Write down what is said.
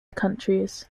countries